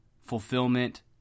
Fulfillment